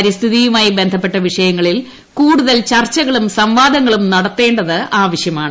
പരിസ്ഥിതിയുമായി ബന്ധപ്പെട്ട വിഷയങ്ങളിൽ കൂടുതൽ ചർച്ചകളും സംവാദങ്ങളും നടത്തേ ത് ആവശ്യമാണ്